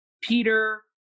Peter